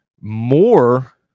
more